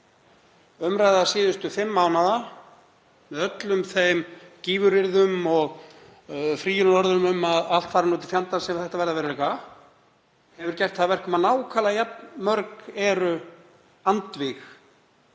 Umræða síðustu fimm mánaða, með öllum þeim gífuryrðum og frýjunarorðum um að allt fari til fjandans ef þetta verði að veruleika, hefur gert það að verkum að nákvæmlega jafn mörg eru andvíg